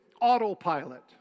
autopilot